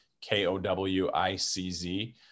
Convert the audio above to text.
K-O-W-I-C-Z